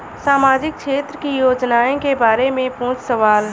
सामाजिक क्षेत्र की योजनाए के बारे में पूछ सवाल?